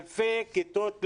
אלפי כיתות לימוד.